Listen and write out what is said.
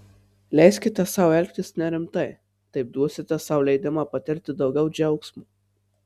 leiskite sau elgtis nerimtai taip duosite sau leidimą patirti daugiau džiaugsmo